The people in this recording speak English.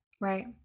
right